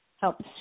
help